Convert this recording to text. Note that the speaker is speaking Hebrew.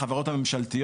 בין החברות הממשלתיות,